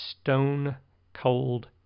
stone-cold